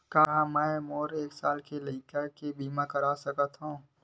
का मै मोर एक साल के लइका के बीमा करवा सकत हव?